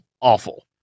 awful